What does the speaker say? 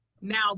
Now